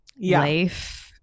life